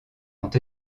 ont